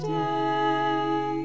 day